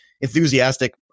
enthusiastic